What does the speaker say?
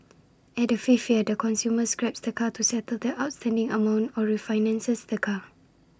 at the fifth year the consumer scraps the car to settle the outstanding amount or refinances the car